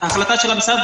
החלטה של המשרד,